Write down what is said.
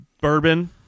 bourbon